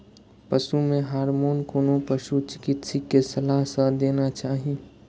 पशु मे हार्मोन कोनो पशु चिकित्सक के सलाह सं देना चाही